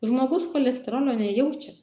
žmogus cholesterolio nejaučia